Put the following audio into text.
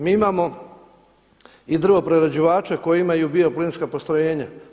Mi imamo i drvoprerađivače koji imaju bio-plinska postrojenja.